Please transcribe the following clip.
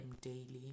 daily